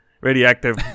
radioactive